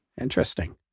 Interesting